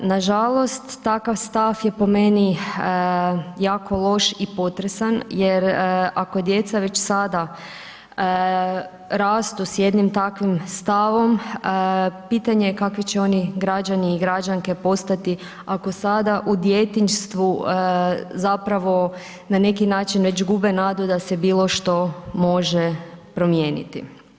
Nažalost takav stav je po meni jako loš i potresan jer ako djeca već sada rastu sa jednim takvim stavom pitanje je kakvi će oni građani i građanke postati ako sada u djetinjstvu zapravo na neki način već gube nadu da se bilo što može promijeniti.